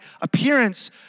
appearance